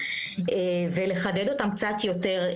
ולחדד אותם קצת יותר.